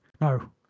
no